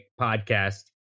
podcast